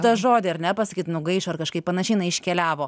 tą žodį ar ne pasakyt nugaišo ar kažkaip panašiai na iškeliavo